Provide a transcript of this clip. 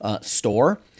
store